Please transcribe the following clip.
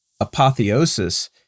apotheosis